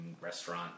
restaurant